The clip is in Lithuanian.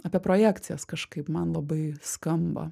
apie projekcijas kažkaip man labai skamba